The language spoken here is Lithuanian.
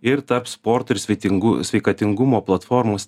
ir tarp sporto ir svetingų sveikatingumo platformos